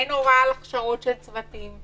אין הוראה על הכשרות של צוותים,